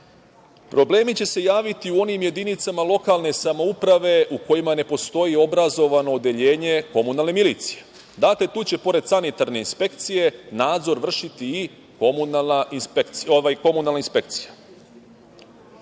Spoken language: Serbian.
Problemi će se javiti u onim jedinicama lokalne samouprave u kojima ne postoji obrazovano odeljenje komunalne milicije. Dakle, tu će pored sanitarne inspekcije nadzor vršiti i komunalna inspekcija.